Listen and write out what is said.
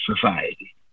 society